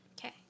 Okay